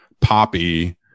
Poppy